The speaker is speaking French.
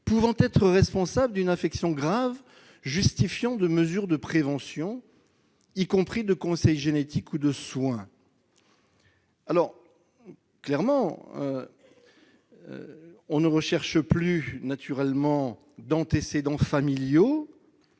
pouvant être responsables d'une affection grave justifiant de mesures de prévention, y compris de conseil génétique, ou de soins ». Ainsi, on ne recherche plus d'antécédents familiaux,